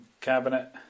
cabinet